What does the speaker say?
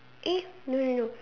eh no no no